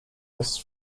west